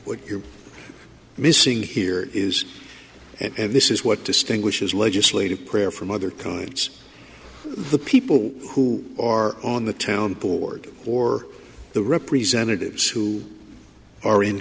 would your missing here is and this is what distinguishes legislative prayer from other kinds the people who are on the town board or the representatives who are in